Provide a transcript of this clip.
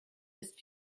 ist